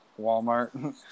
Walmart